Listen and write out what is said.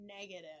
negative